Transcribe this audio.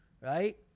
right